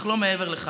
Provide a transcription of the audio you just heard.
אך לא מעבר לכך.